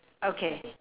okay